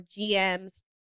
GMs